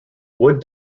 wood